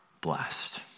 blessed